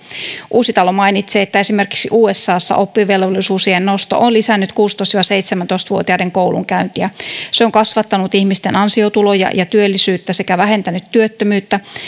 uusitalo mainitsee että esimerkiksi usassa oppivelvollisuusiän nosto on lisännyt kuusitoista viiva seitsemäntoista vuotiaiden koulunkäyntiä se on kasvattanut ihmisten ansiotuloja ja työllisyyttä sekä vähentänyt työttömyyttä